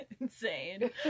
insane